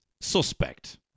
suspect